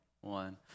one